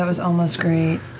um was almost great.